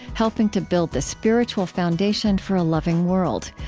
helping to build the spiritual foundation for a loving world.